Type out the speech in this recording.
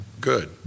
good